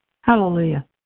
Hallelujah